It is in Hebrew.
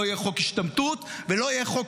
לא יהיה חוק השתמטות ולא יהיה חוק